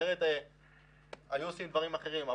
כי אחרת היו עושים דברים אחרים.